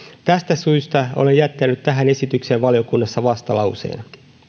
tästä syystä olen jättänyt tähän esitykseen valiokunnassa vastalauseen